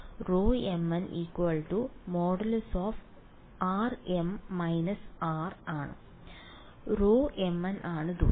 ρmn |rm − r| Rho m n ആണ് ദൂരം